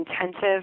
intensive